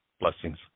Blessings